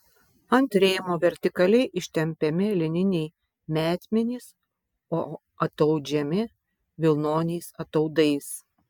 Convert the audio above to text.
ant rėmo vertikaliai ištempiami lininiai metmenys o ataudžiami vilnoniais ataudais